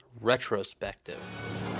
Retrospective